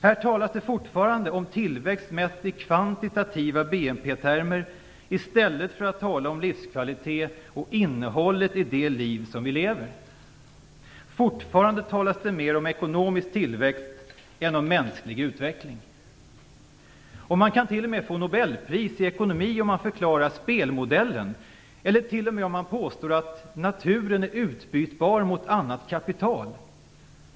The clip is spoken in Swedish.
Här talar vi fortfarande om tillväxt mätt i kvantitativa BNP-termer i stället för att tala om livskvalitet och innehållet i det liv som vi lever. Fortfarande talas det mer om ekonomisk tillväxt än om mänsklig utveckling. Man kan få Nobelpris i ekonomi om man förklarar spelmodellen eller t.o.m. om man påstår att naturen är utbytbar mot annat kapital.